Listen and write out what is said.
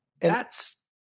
that's-